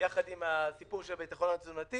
יחד עם הסיפור של הביטחון התזונתי